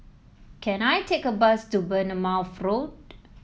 can I take a bus to Bournemouth Road